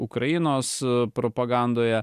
ukrainos propagandoje